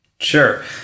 Sure